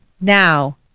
now